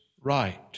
right